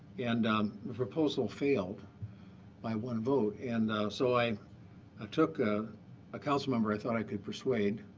and um the proposal failed by one vote. and so i ah took ah a council member i thought i could persuade,